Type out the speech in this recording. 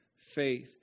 faith